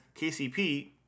KCP